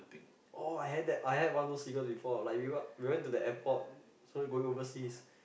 oh I had that I had one of those cigarettes before we went to the airport so we going overseas